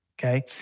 Okay